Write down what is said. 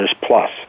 plus